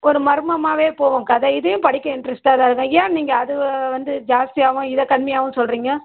ஒரு மர்மமாகவே போவும் கதை இதையும் படிக்க இன்ட்ரஸ்ட்டாக தான் இருக்கும் ஏன் நீங்கள் அது வந்து ஜாஸ்தியாகவும் இதை கம்மியாகவும் சொல்லுறீங்க